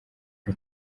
nka